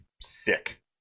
sick